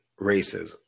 racism